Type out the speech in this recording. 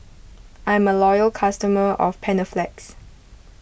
I'm a loyal customer of Panaflex